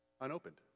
Unopened